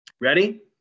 ready